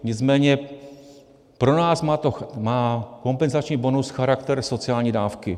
Nicméně pro nás má kompenzační bonus charakter sociální dávky.